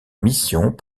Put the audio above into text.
missions